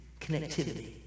connectivity